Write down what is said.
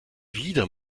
wieder